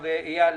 אייל,